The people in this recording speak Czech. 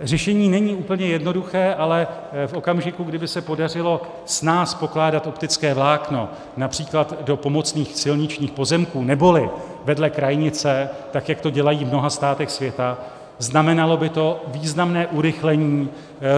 Řešení není úplně jednoduché, ale v okamžiku, kdy by se podařilo snáz pokládat optické vlákno například do pomocných silničních pozemků neboli vedle krajnice, tak jak to dělají v mnoha státech světa, znamenalo by to významné urychlení